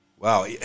Wow